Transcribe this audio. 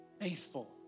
faithful